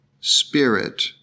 spirit